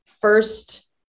first